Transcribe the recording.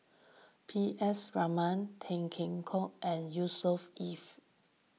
P S Raman Tan Kheam Hock and Yusnor Ef